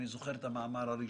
אני זוכר את המאמר הראשון.